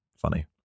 Funny